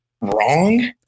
wrong